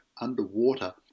underwater